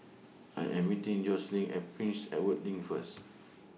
I Am meeting Jocelynn At Prince Edward LINK First